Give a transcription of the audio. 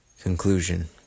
conclusion